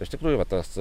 iš tikrųjų va tas